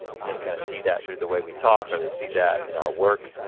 and they kind of see that through the way we talk or they see that in our work,